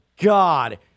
God